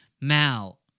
Mal